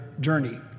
journey